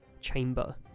chamber